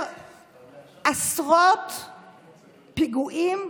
עשרות פיגועים,